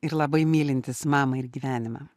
ir labai mylintis mamą ir gyvenimą